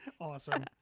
Awesome